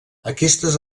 aquestes